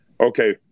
okay